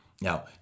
Now